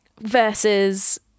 versus